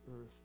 earth